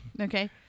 Okay